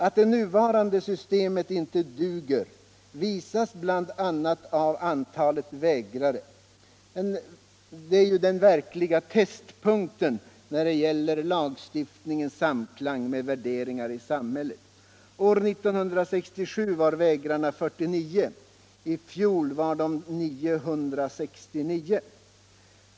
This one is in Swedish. Att det nuvarande systemet inte duger visas bl.a. av antalet vägrare — den verkliga testpunkten när det gäller lagstiftningens samklang med värderingarna i samhället. År 1967 var vägrarna 49, i fjol var de 969.